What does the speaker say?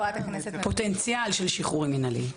פוטנציאל של שחרורים מנהליים.